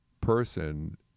person